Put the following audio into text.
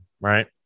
right